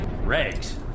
Rags